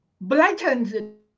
blatant